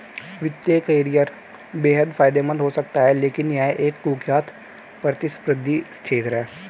वित्तीय करियर बेहद फायदेमंद हो सकता है लेकिन यह एक कुख्यात प्रतिस्पर्धी क्षेत्र है